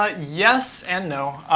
like yes and no.